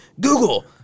Google